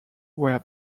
were